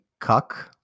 cuck